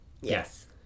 Yes